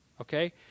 okay